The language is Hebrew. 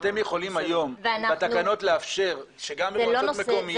אתם יכולים היום בתקנות לאפשר שגם מועצות מקומיות